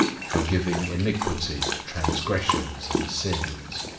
forgiving iniquity, transgressions, and sins.